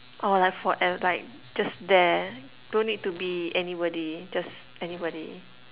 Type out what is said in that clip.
oh like forev~ like just there don't need to be anybody just anybody